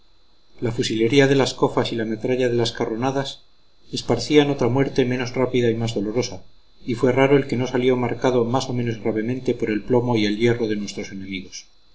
la fusilería de las cofas y la metralla de las carronadas esparcían otra muerte menos rápida y más dolorosa y fue raro el que no salió marcado más o menos gravemente por el plomo y el hierro de nuestros enemigos